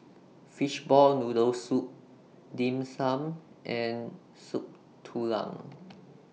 Fishball Noodle Soup Dim Sum and Soup Tulang